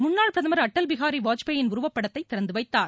முன்னாள் பிரதமர் அடல்பிகாரி வாஜ்பாயின் உருவப் படத்தை திறந்து வைத்தார்